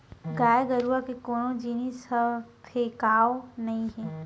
गाय गरूवा के कोनो जिनिस ह फेकावय नही